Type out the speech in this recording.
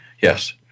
Yes